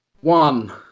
one